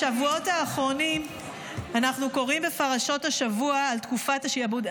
בשבועות האחרונים אנחנו קוראים בפרשות השבוע על תקופת השעבוד,